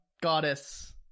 goddess